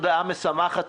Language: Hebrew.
הודעה משמחת,